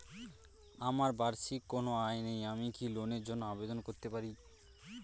আমার বার্ষিক কোন আয় নেই আমি কি লোনের জন্য আবেদন করতে পারি?